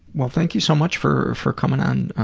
well, thank you so much for for coming on, ah,